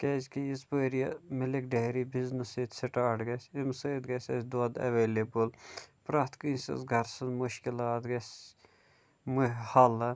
کیٛازِ کہِ یِژۍ بٲرۍ یہِ مِلِک ڈیری بِزنیٚس ییٚتہِ سِٹارٹ گژھہِ اَمہِ سۭتۍ گژھہِ اسہِ دۄدھ ایٚولیبٕل پرٛیٚتھ کٲنٛسہِ سٕنٛز گھرٕ سٕنٛز مُشکِلات گژھہِ حل